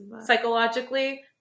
Psychologically